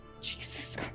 Jesus